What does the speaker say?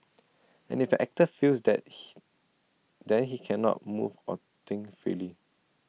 and if an actor feels that he then he cannot move or think freely